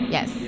Yes